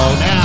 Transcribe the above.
Now